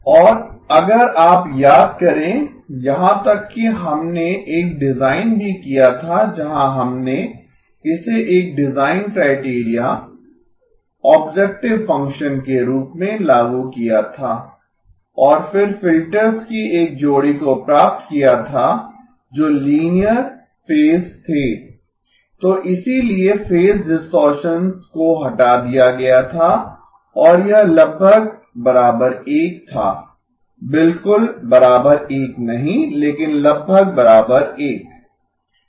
और अगर आप याद करें यहाँ तक कि हमने एक डिजाइन भी किया था जहां हमने इसे एक डिजाइन क्राइटेरिया ऑब्जेक्टिव फंक्शन के रूप में लागू किया था और फिर फिल्टर्स की एक जोड़ी को प्राप्त किया था जो लीनियर फेज थे तो इसीलिए फेज डिस्टॉरशन को हटा दिया गया था और यह लगभग 1 था बिल्कुल 1 नहीं लेकिन लगभग 1